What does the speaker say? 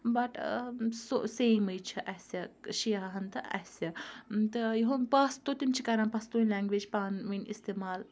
بٹ سُہ سیمٕے چھِ اَسہِ شِیاہَن تہٕ اَسہِ تہٕ ہُم پَستو تِم چھِ کَران پَستوٗنۍ لینٛگویج پانہٕ ؤنۍ استعمال